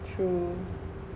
true